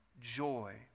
joy